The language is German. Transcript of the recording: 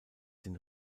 den